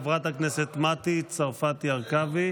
חברת הכנסת מטי צרפתי הרכבי.